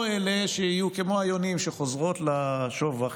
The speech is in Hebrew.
או אלה שיהיו כמו היונים שחוזרות לשובך,